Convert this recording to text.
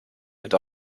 and